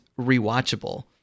rewatchable